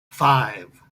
five